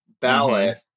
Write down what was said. ballot